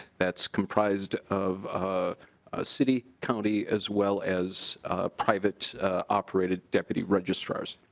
that's comprised of ah ah city county as well as private operated deputy registrars.